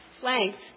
flanked